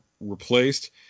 replaced